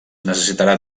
necessitarà